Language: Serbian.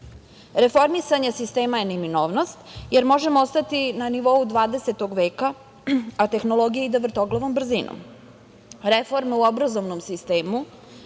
Reformisanje sistema je neminovnost, jer možemo ostati na nivou 20. veka, a tehnologija ide vrtoglavom brzinom. Reforme u obrazovnom sistemu